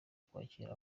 kwakira